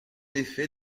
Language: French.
effet